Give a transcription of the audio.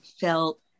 felt